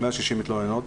160 מתלוננות.